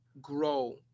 grow